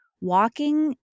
walking